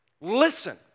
listen